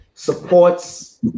Supports